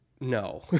No